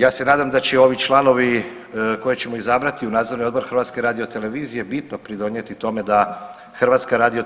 Ja se nadam da će ovi članovi koje ćemo izabrati u Nadzorni odbor HRT-a bitno pridonijeti tome da HRT